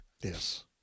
Yes